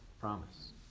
promise